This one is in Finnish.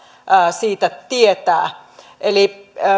siitä tietää